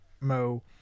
Mo